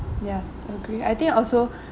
ya agree I think I also